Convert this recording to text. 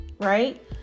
right